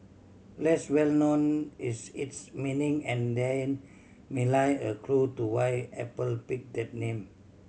less well known is its meaning and therein may lie a clue to why Apple picked that name